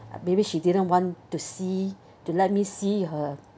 and maybe she didn't want to see to let me see her